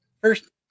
first